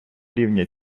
рівня